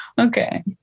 Okay